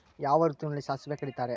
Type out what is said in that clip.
ಯಾವ ಋತುವಿನಲ್ಲಿ ಸಾಸಿವೆ ಕಡಿತಾರೆ?